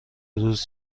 روز